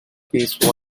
please